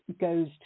goes